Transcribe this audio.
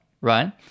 Right